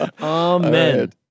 Amen